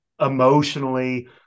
emotionally